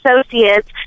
associates